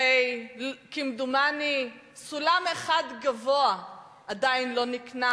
הרי כמדומני סולם אחד גבוה עדיין לא נקנה